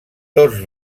tots